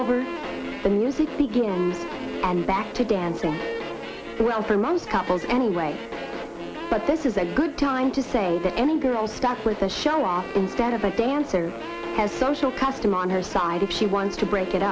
over the music begins and back to dancing well for months couples anyway but this is a good time to say that any girl stuff with a show off instead of a dancer has social custom on her side if she wants to break it